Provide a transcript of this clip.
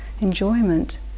enjoyment